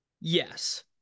Yes